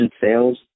sales